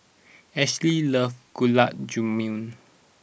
Ashly loves Gulab Jamun